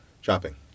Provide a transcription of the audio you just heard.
Shopping